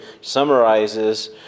summarizes